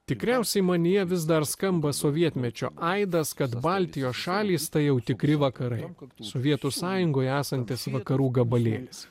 tikriausiai manyje vis dar skamba sovietmečio aidas kad baltijos šalys tai jau tikri vakarai sovietų sąjungoje esantis vakarų gabalėlis